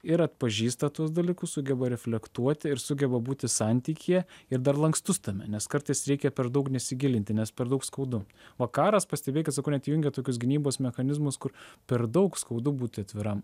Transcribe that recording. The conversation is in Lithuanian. ir atpažįsta tuos dalykus sugeba reflektuoti ir sugeba būti santykyje ir dar lankstus tame nes kartais reikia per daug nesigilinti nes per daug skaudu va karas pastebėkit sakau net įjungia tokius gynybos mechanizmus kur per daug skaudu būti atviram